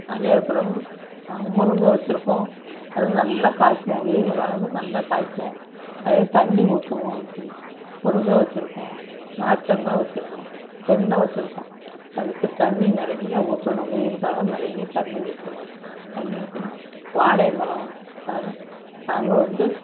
அறியபிரமு நாங்கள் முருங்கை வச்சிருக்கோம் அது நல்லா காய்க்கும் வெயில் காலம்மில் நல்லா காய்க்கும் அது தண்ணி ஊற்றுவோம் அதுக்கு முருங்கை வச்சிருக்கோம் நார்த்தங்காய் வச்சிருக்கோம் தென்னை வச்சிருக்கோம் அதுக்கு தண்ணி நிறையா ஊற்றணும் வெயில் காலம் நிறைய தண்ணி ஊற்றணும் தண்ணி ஊற்றுனா வாழை மரம் அதெல்லாம் நாங்கள் வந்து